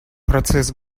процесс